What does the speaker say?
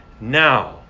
now